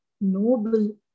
noble